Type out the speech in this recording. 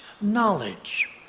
knowledge